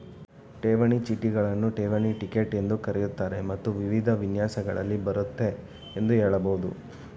ಠೇವಣಿ ಚೀಟಿಗಳನ್ನ ಠೇವಣಿ ಟಿಕೆಟ್ ಎಂದೂ ಕರೆಯುತ್ತಾರೆ ಮತ್ತು ವಿವಿಧ ವಿನ್ಯಾಸಗಳಲ್ಲಿ ಬರುತ್ತೆ ಎಂದು ಹೇಳಬಹುದು